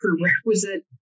prerequisite